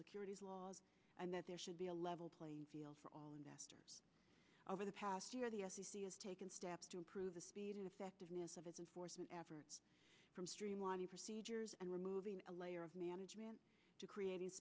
securities laws and that there should be a level playing field for all investors over the past year the taken steps to improve the speed and effectiveness of it and force an effort from streamlining procedures and removing a layer of management to creating